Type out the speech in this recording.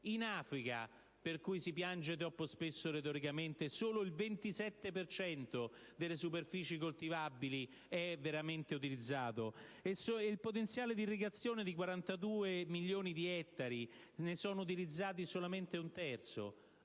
In Africa, per la quale si piange troppo spesso retoricamente, solo il 27 per cento delle superfici coltivabili è veramente utilizzato e, su un potenziale di irrigazione di 42 milioni di ettari, ne è utilizzato solamente un terzo: